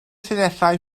llinellau